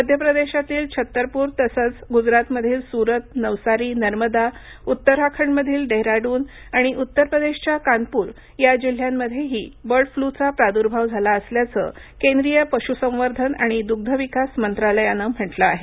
मध्यप्रदेशातील छतरपूर तसंच गुजरातमधील सुरत नवसारी नर्मदा उत्तराखंडमधील डेहराडून आणि उत्तर प्रदेशच्या कानपूर या जिल्ह्यांमध्येही बर्ड फ्लू चा प्रादृभाव झाला असल्याचं केंद्रीय पश्संवर्धन आणि दृष्यविकास मंत्रालयानं म्हटलं आहे